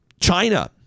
china